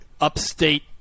Upstate